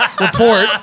Report